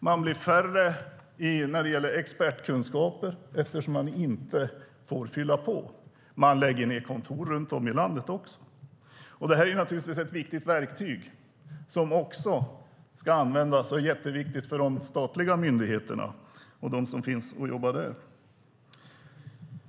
Det blir färre med expertkunskaper eftersom man inte får fylla på. Man lägger också ned kontor runt om i landet. Det är ett jätteviktigt verktyg som ska användas av de statliga myndigheterna och dem som jobbar där.